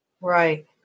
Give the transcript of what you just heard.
Right